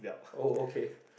oh okay